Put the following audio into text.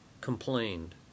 complained